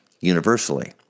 universally